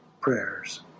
prayers